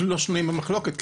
אפילו לא שנויים במחלוקת,